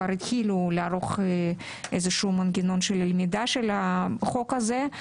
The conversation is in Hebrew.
כבר התחילו לערוך איזשהו מנגנון של למידה של החוק הזה.